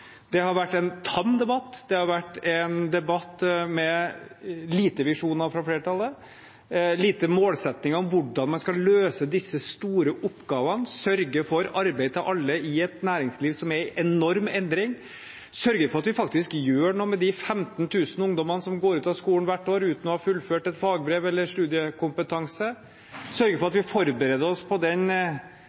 Det har vært en tam debatt, det har vært en debatt med få visjoner fra flertallet, få målsettinger om hvordan man skal løse disse store oppgavene, sørge for arbeid til alle i et næringsliv som er i enorm endring, sørge for at vi faktisk gjør noe med de 15 000 ungdommene som går ut av skolen hvert år uten å ha fullført et fagbrev eller fått studiekompetanse, sørge for at vi forbereder oss på den